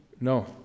No